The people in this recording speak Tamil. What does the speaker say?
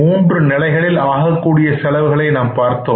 மூன்று நிலைகளில் ஆகக்கூடிய செலவுகளை நாம் பார்த்தோம்